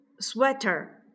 sweater